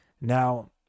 Now